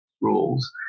rules